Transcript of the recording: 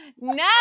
No